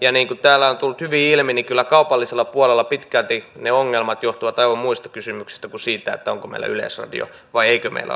ja niin kuin täällä on tullut hyvin ilmi niin kyllä kaupallisella puolella pitkälti ne ongelmat johtuvat aivan muista kysymyksistä kuin siitä onko meillä yleisradio vai eikö meillä ole yleisradiota